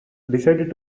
decided